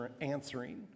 answering